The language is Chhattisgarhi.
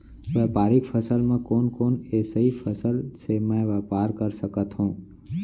व्यापारिक फसल म कोन कोन एसई फसल से मैं व्यापार कर सकत हो?